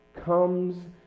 comes